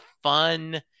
fun